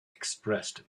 expressed